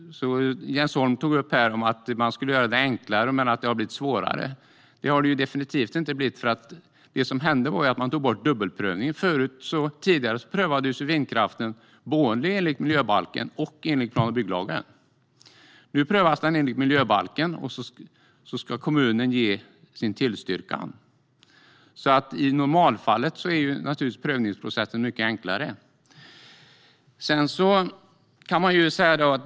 Jens Holm tog upp att man skulle göra det enklare men att det har blivit svårare. Det har definitivt inte blivit svårare! Det som hände var att man tog bort dubbelprövningen. Tidigare prövades vindkraften både enligt miljöbalken och enligt plan och bygglagen. Nu prövas den enligt miljöbalken, och sedan ska kommunen ge sin tillstyrkan. I normalfallet har prövningsprocessen alltså blivit mycket enklare.